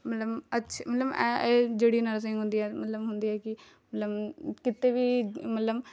ਮਤਲਬ ਅੱਛੀ ਮਤਲਬ ਇਹ ਜਿਹੜੀ ਨਰਸਿੰਗ ਹੁੰਦੀ ਹੈ ਮਤਲਬ ਹੁੰਦੀ ਹੈ ਕਿ ਮਤਲਬ ਕਿਤੇ ਵੀ ਮਤਲਬ